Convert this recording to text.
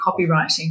copywriting